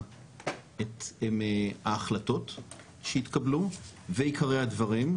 את ההחלטות שהתקבלו ועיקרי הדברים,